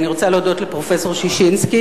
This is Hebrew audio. אני רוצה להודות לפרופסור ששינסקי,